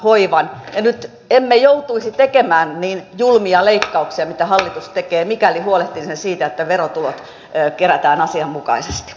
ja nyt emme joutuisi tekemään niin julmia leikkauksia kuin mitä hallitus tekee mikäli huolehtisimme siitä että verotulot kerätään asianmukaisesti